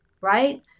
right